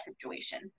situation